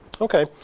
okay